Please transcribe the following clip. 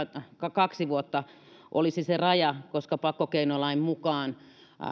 kaksi vuotta olisi se raja koska pakkokeinolain mukaan